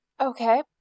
Okay